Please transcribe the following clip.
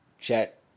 chat